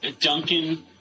Duncan